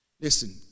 Listen